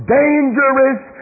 dangerous